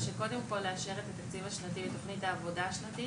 קודם כל לאשר את התקציב השנתי ותוכנית העבודה השנתית